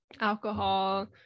alcohol